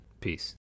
Peace